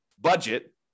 budget